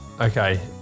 Okay